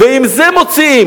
ועם זה משלמים.